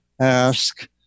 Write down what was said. ask